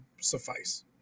suffice